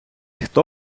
хто